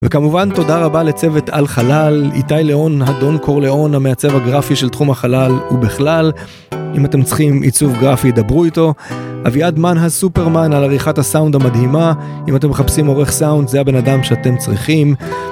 וכמובן תודה רבה לצוות על חלל, איתי ליאון, אדון קורליאון, המעצב הגרפי של תחום החלל ובכלל, אם אתם צריכים עיצוב גרפי דברו איתו, אביעד מן הסופרמן על עריכת הסאונד המדהימה, אם אתם מחפשים עורך סאונד זה הבן אדם שאתם צריכים.